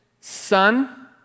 son